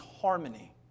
harmony